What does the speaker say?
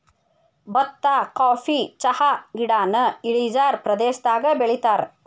ಬತ್ತಾ ಕಾಫಿ ಚಹಾಗಿಡಾನ ಇಳಿಜಾರ ಪ್ರದೇಶದಾಗ ಬೆಳಿತಾರ